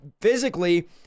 physically